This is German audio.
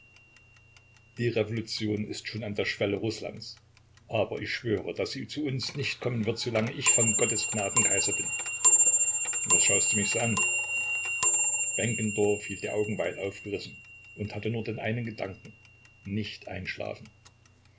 die revolution ist schon an der schwelle rußlands aber ich schwöre daß sie zu uns nicht kommen wird solange ich von gottes gnaden kaiser bin was schaust du mich so an benkendorf hielt die augen weit aufgerissen und hatte nur den einen gedanken nicht einschlafen